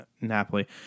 Napoli